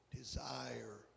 desire